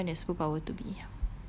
what would you want the superpower to be